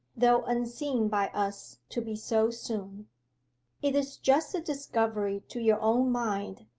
though unseen by us to be so soon it is just a discovery to your own mind,